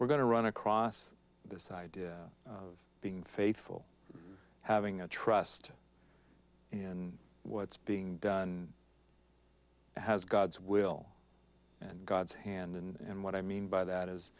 we're going to run across this idea of being faithful having a trust in what's being done has god's will and god's hand and what i mean by that is